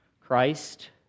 Christ